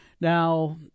now